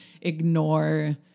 ignore